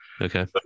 Okay